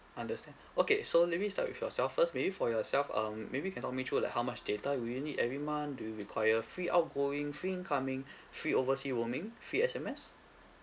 understand okay so let me start with yourself first maybe for yourself um maybe you can walk me through like how much data will you need every month do you require free outgoing free incoming free oversea roaming free S_M_S